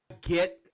get